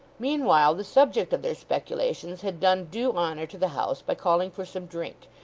meanwhile the subject of their speculations had done due honour to the house by calling for some drink,